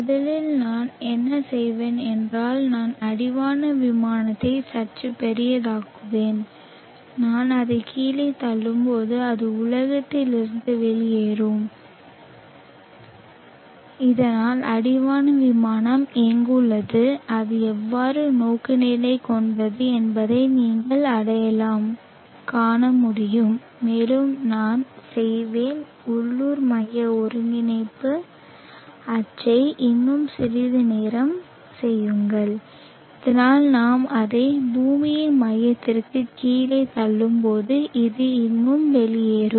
முதலில் நான் என்ன செய்வேன் என்றால் நான் அடிவான விமானத்தை சற்று பெரிதாக்குவேன் நான் அதை கீழே தள்ளும்போது அது உலகத்திலிருந்து வெளியேறும் இதனால் அடிவான விமானம் எங்குள்ளது அது எவ்வாறு நோக்குநிலை கொண்டது என்பதை நீங்கள் அடையாளம் காண முடியும் மேலும் நான் செய்வேன் உள்ளூர் மைய அமைப்பின் ஒருங்கிணைப்பு அச்சை இன்னும் சிறிது நேரம் செய்யுங்கள் இதனால் நாம் அதை பூமியின் மையத்திற்கு கீழே தள்ளும்போது இது இன்னும் வெளியேறும்